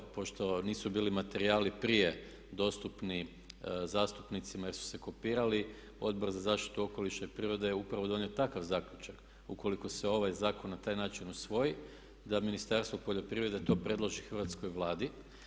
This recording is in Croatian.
Zato evo pošto nisu bili materijali prije dostupni zastupnicima jer su se kopirali Odbor za zaštitu okoliša i prirode je upravo donio takav zaključak, ukoliko se ovaj zakon na taj način usvoji da Ministarstvo poljoprivrede to predloži Hrvatskoj vladi.